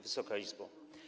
Wysoka Izbo!